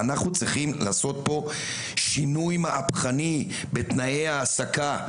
אנחנו צריכים לעשות פה שינוי מהפכני בתנאי ההעסקה.